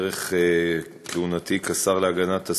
דרך כהונתי כשר להגנת הסביבה,